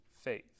faith